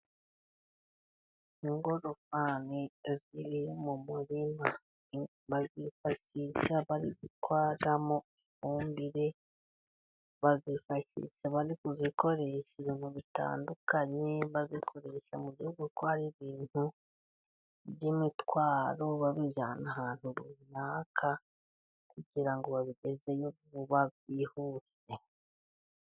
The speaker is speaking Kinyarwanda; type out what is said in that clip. Ingorofani iyo ziri mu murima. Bazifashisha bari gutwaramo ifumbire, bazifashisha bari kuzikoresha ibintu bitandukanye, bazikoresha mu gihe bari gutwara ibintu runaka by'imitwaro, babijyana ahantu runaka kugira babigezeyo vuba bihute.